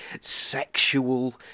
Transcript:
sexual